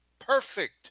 Perfect